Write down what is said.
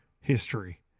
history